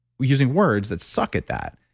we're using words that suck at that.